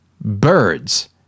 birds